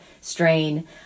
strain